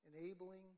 enabling